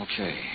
Okay